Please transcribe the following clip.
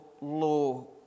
low